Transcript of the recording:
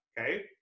okay